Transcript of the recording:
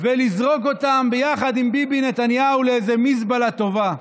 ולזרוק אותם ביחד עם ביבי נתניהו לאיזו מזבלה טובה.